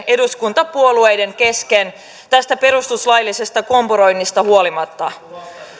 eduskuntapuolueiden kesken tästä perustuslaillisesta kompuroinnista huolimatta